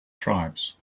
tribes